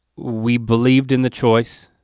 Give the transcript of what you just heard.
we believed in the choice.